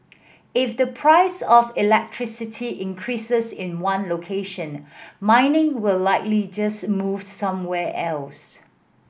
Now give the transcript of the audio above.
if the price of electricity increases in one location mining will likely just move somewhere else